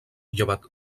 llevat